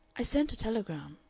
i sent a telegram.